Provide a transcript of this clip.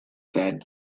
said